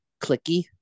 clicky